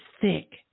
thick